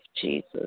Jesus